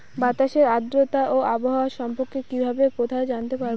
বাতাসের আর্দ্রতা ও আবহাওয়া সম্পর্কে কিভাবে কোথায় জানতে পারবো?